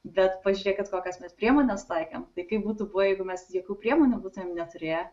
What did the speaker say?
bet pažiūrėkit kokias mes priemones taikėm tai kaip būtų buvę jeigu mes jokių priemonių būtumėm neturėję